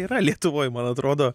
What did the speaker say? yra lietuvoj man atrodo